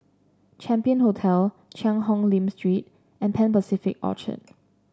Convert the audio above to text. Champion Hotel Cheang Hong Lim Street and Pan Pacific Orchard